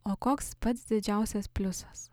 o koks pats didžiausias pliusas